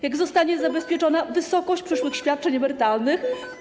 Jak zostanie zabezpieczona wysokość przyszłych świadczeń emerytalnych?